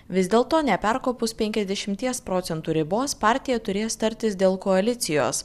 vis dėlto neperkopus penkiasdešimies procentų ribos partija turės tartis dėl koalicijos